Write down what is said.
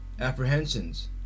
apprehensions